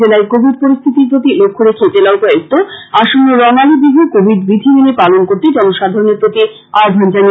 জেলায় কোবিড পরিস্থিতির প্রতি লক্ষ্য রেখে জেলা উপায়ুক্ত আসন্ন রঙালী বিহু কোবিড বিধি মেনে পালন করতে জনসাধারনের প্রতি আহ্বান জানিয়েছেন